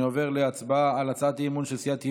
אני עובר להצבעה על הצעת אי-אמון של סיעת ימינה,